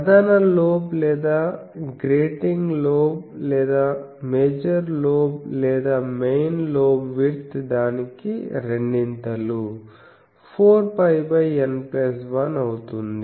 ప్రధాన లోబ్ లేదా grating lobe లేదా మేజర్ లోబ్ లేదా మెయిన్ లోబ్ విడ్త్ దానికి రెండింతలు 4πN1 అవుతుంది